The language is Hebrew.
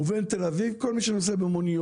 ובין תל אביב כל מי שנוסע במוניות,